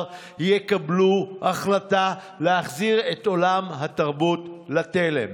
יקבלו החלטה להחזיר את עולם התרבות לתלם.